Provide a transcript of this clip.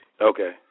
Okay